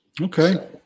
okay